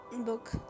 book